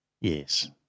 Yes